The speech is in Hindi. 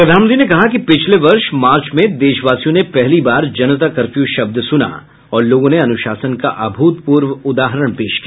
प्रधानमंत्री ने कहा कि पिछले वर्ष मार्च में देशवासियों ने पहली बार जनता कर्फ्यू शब्द सुना और लोगों ने अनुशासन का अभूतपूर्व उदाहरण पेश किया